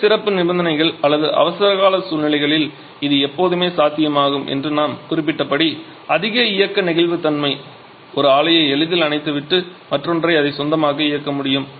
சில சிறப்பு நிபந்தனைகள் அல்லது அவசரகால சூழ்நிலைகளில் இது எப்போதுமே சாத்தியமாகும் என்று நான் குறிப்பிட்டபடி அதிக இயக்க நெகிழ்வுத்தன்மை ஒரு ஆலையை எளிதில் அணைத்துவிட்டு மற்றொன்றை அதன் சொந்தமாக இயக்க முடியும்